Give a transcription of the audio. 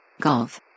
Golf